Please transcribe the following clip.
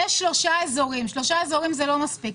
יש שלושה אזורים וזה לא מספיק.